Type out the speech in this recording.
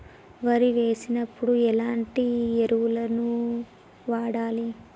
వరి వేసినప్పుడు ఎలాంటి ఎరువులను వాడాలి?